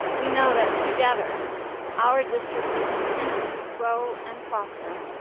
we know that together our district will continue to grow and prosper.